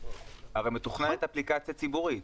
הלא מתוכננת אפליקציה ציבורית.